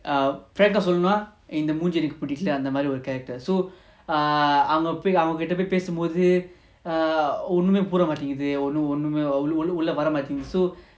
err சொல்லனும்னாஇந்தமூஞ்சிஎனக்குபிடிக்கலஅந்தமாதிரி:sollanumna indha moonji enaku pidikala andha madhiri so err அவங்ககிட்டபொய்பேசும்போதுஒண்ணுமேபுரியமாட்டேங்குதுஒன்னுமேவரமாட்டேங்குது:avangakita poi pesumpothu onnume puria matenguthu onnume varamatenguthu so